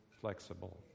flexible